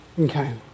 Okay